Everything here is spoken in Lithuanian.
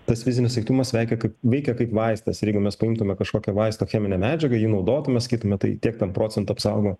tas fizinis aktyvumas veikia kaip veikia kaip vaistas ir jeigu mes paimtume kažkokią vaisto cheminę medžiagą jį naudotume sakytume tai tiek ten procentų apsaugo